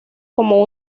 como